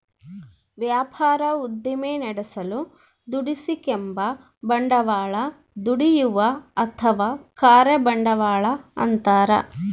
ವ್ಯಾಪಾರ ಉದ್ದಿಮೆ ನಡೆಸಲು ದುಡಿಸಿಕೆಂಬ ಬಂಡವಾಳ ದುಡಿಯುವ ಅಥವಾ ಕಾರ್ಯ ಬಂಡವಾಳ ಅಂತಾರ